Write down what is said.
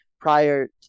prior